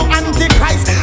antichrist